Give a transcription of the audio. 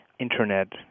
Internet